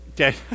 Okay